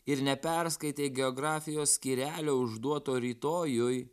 ir neperskaitei geografijos skyrelio užduoto rytojui